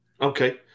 Okay